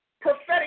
prophetic